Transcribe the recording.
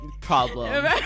problem